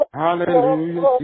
hallelujah